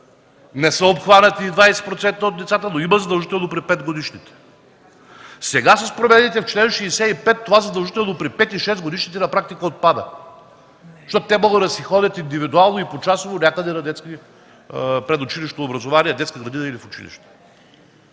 Не са обхванати и 20% от децата, но има „задължително” при петгодишните. Сега, с промените в чл. 65 това „задължително” при пет- и шестгодишните на практика отпада, защото те могат да си ходят индивидуално и почасово някъде на предучилищно